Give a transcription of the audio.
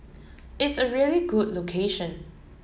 it's a really good location